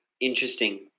interesting